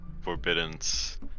Forbiddance